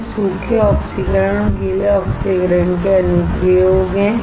ये सूखे ऑक्सीकरण और गीले ऑक्सीकरण के अनुप्रयोग हैं